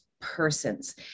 persons